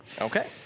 Okay